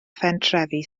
phentrefi